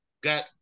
got